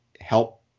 help